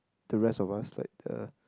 to the rest of us like the